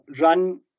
run